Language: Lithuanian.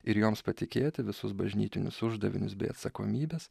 ir joms patikėti visus bažnytinius uždavinius bei atsakomybes